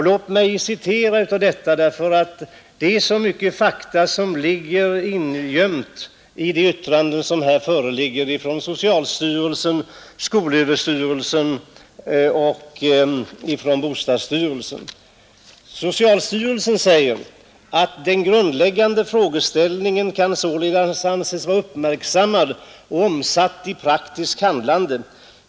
Låt mig något citera ur yttrandena, eftersom de innehåller så många fakta. Socialstyrelsen skriver: ”Den grundläggande frågeställningen kan således anses vara uppmärksammad och omsatt i praktiskt handlande.